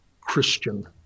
Christian